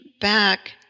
back